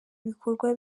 ibikorwa